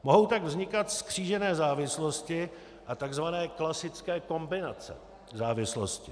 Mohou tak vznikat zkřížené závislosti a tzv. klasické kombinace závislostí.